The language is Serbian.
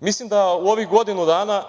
Mislim da u ovih godinu dana,